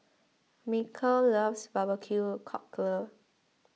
Michel loves BBQ Cockle